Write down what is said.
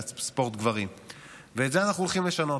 ספורט הגברים, ואת זה אנחנו הולכים לשנות.